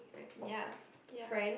ya ya